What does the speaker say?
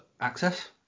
Access